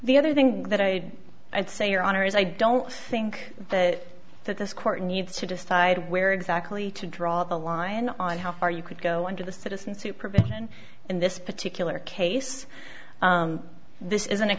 the other thing that i would say your honor is i don't think that that this court needs to decide where exactly to draw the line on how far you could go under the citizen supervision in this particular case this isn't a